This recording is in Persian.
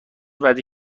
بعدی